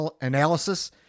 analysis